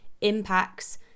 impacts